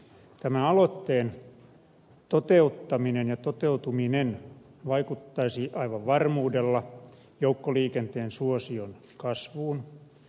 tämän aloitteen toteuttaminen ja toteutuminen vaikuttaisi aivan varmuudella joukkoliikenteen suosion kasvuun